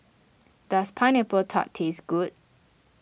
does Pineapple Tart taste good